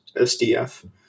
SDF